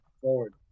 forward